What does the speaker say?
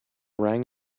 rang